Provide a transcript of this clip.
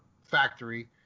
factory